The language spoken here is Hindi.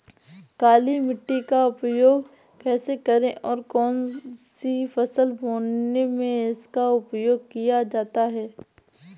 काली मिट्टी का उपयोग कैसे करें और कौन सी फसल बोने में इसका उपयोग किया जाता है?